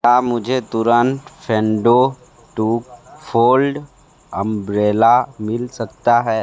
क्या मुझे तुरंत फेंडो टू फोल्ड अम्ब्रेला मिल सकता है